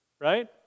right